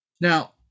Now